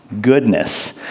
goodness